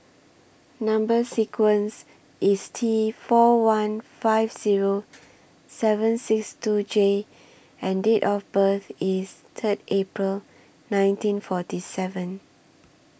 Number sequence IS T four one five Zero seven six two J and Date of birth IS Third April nineteen forty seven